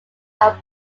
are